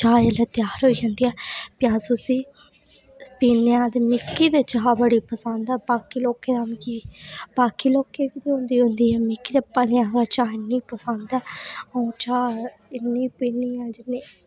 चाह् जेल्लै तयार होई जंदी प्ही अस उसी पीन्ने आं मिकी ते चाह् ते चाह् बड़ी पसंद ऐ बाकी लोकें बाकी लोकें ई बी होंदी होंदी मिगी अ'ऊं चाह् इन्नी पीन्नी आं